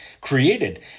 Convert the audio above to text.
created